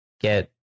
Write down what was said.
get